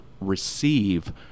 receive